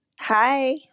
Hi